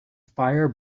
fire